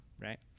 right